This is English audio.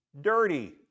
dirty